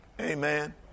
Amen